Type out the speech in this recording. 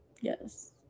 Yes